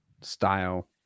style